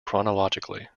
chronologically